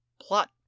plot